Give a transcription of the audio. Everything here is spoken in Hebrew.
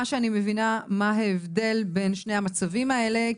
שאני מבינה מה ההבדל בין שני המצבים האלה.